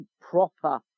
proper